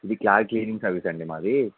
ఇది car cleaning service అండి మాది